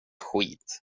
skit